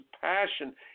passion